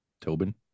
Tobin